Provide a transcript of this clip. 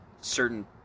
certain